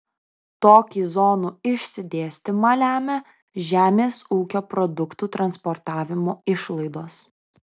tokį zonų išsidėstymą lemia žemės ūkio produktų transportavimo išlaidos